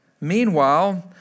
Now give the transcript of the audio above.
Meanwhile